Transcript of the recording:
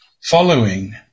following